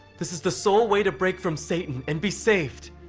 this is the sole way to break from satan and be saved.